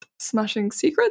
smashingsecrets